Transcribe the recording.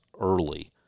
early